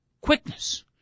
quickness